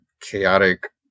chaotic